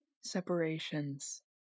separations